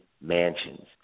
mansions